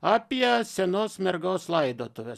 apie senos mergos laidotuves